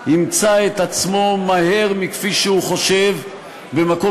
ימצא את עצמו מהר מכפי שהוא חושב במקום